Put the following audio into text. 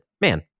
man